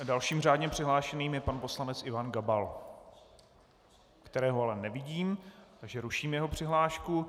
Dalším řádně přihlášeným je pan poslanec Ivan Gabal, kterého ale nevidím, takže ruším jeho přihlášku.